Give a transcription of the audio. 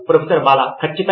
professor Bala ఖచ్చితంగా